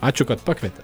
ačiū kad pakvietė